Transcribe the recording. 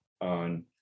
on